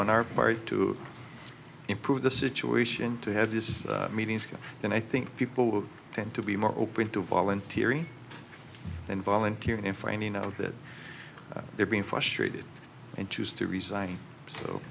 on our part to improve the situation to have this meetings then i think people will tend to be more open to volunteering and volunteer in framing of that they're being frustrated and choose to resign so